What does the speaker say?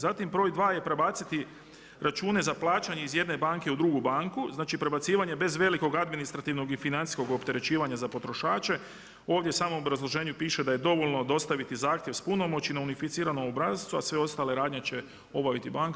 Zatim, broj 2. je prebaciti račune za plaćanje iz jedne banke u drugu banku, znači prebacivanje bez velikog administrativnog i financijskog opterećivanja za potrošače, ovdje samo u obrazloženju piše da je dovoljno dostaviti zahtjev s punomoći na unificiranom obrascu, a sve ostale radnje će obaviti banke.